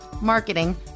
marketing